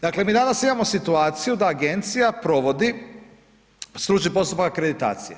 Dakle mi danas imamo situaciju da agencija provodi stručni postupak akreditacije.